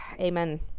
amen